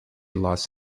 los